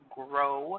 grow